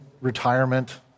retirement